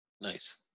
Nice